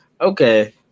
Okay